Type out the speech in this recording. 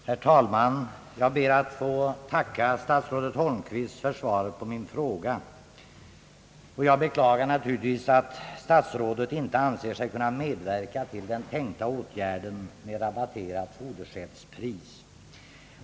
Herr talman! Jag ber att få tacka statsrådet Holmqvist för svaret på min fråga. Jag beklagar att statsrådet inte anser sig kunna medverka till den tänkta åtgärden med rabatterat fodersädespris.